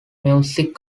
music